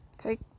Take